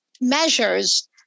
measures